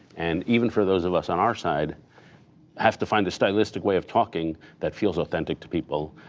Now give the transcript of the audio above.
and even for those of us on our side have to find the stylistic way of talking that feels authentic to people.